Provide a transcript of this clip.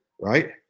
right